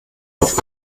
auf